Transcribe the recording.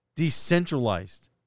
decentralized